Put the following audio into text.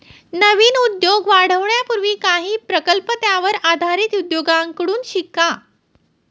नवीन उद्योग वाढवण्यापूर्वी काही प्रकल्प त्यावर आधारित उद्योगांकडून शिका